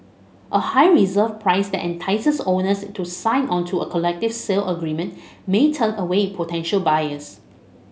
a high reserve price that entices owners to sign onto a collective sale agreement may turn away potential buyers